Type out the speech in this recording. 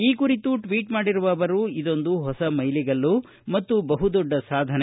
ಈ ಕುರಿತು ಟ್ವೀಟ್ ಮಾಡಿರುವ ಅವರು ಇದೊಂದು ಹೊಸ ಮೈಲಿಗಲ್ಲು ಮತ್ತು ಬಹುದೊಡ್ಡ ಸಾಧನೆ